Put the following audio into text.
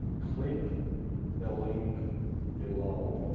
click the link below